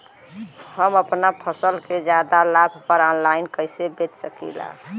हम अपना फसल के ज्यादा लाभ पर ऑनलाइन कइसे बेच सकीला?